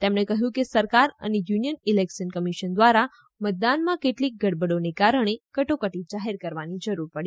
તેમણે કહ્યું કે સરકાર અને યુનીયન ઇલેકશન કમીશન દ્વારા મતદાનમાં કેટલીક ગડબડો ને કારણે કટોકટી જાહેર કરવાની જરૂર પડી